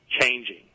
changing